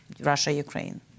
Russia-Ukraine